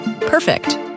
Perfect